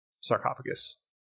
sarcophagus